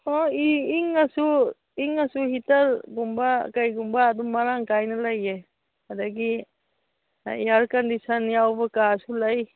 ꯍꯣꯏ ꯏꯉꯁꯨ ꯏꯪꯉꯁꯨ ꯍꯤꯇꯔꯒꯨꯝꯕ ꯀꯔꯤꯒꯨꯝꯕ ꯑꯗꯨꯝ ꯃꯔꯥꯡ ꯀꯥꯏꯅ ꯂꯩꯌꯦ ꯑꯗꯒꯤ ꯏꯌꯥꯔ ꯀꯟꯗꯤꯁꯟ ꯌꯥꯎꯕ ꯀꯥꯁꯨ ꯂꯩ